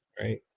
right